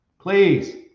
Please